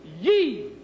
ye